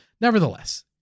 Nevertheless